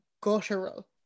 guttural